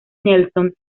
nelson